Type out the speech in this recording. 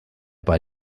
bei